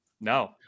No